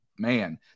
man